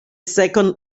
second